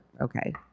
okay